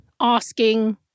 asking